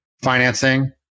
financing